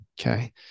Okay